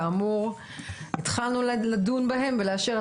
כאמור, התחלנו לדון בהם ולאשר.